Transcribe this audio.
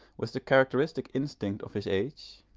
with the characteristic instinct of his age,